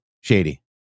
Shady